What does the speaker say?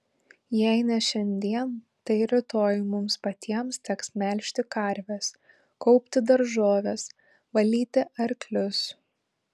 jei ne šiandien tai rytoj mums patiems teks melžti karves kaupti daržoves valyti arklius